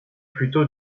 plutôt